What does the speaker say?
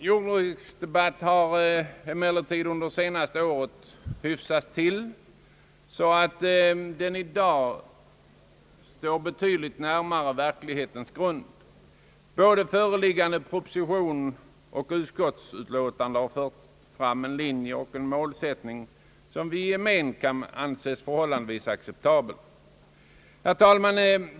Jordbruksdebatten har emellertid under det senaste året hyfsats till, så att den i dag står betydligt mer på verklighetens grund. Både den föreliggande propositionen och utskottets utlåtande har fört fram en linje och en målsättning som vi i gemen kan anse vara förhållandevis acceptabel.